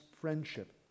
friendship